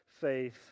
faith